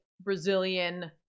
brazilian